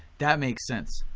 that makes sense.